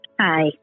Hi